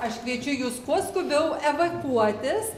aš kviečiu jus kuo skubiau evakuotis